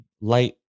light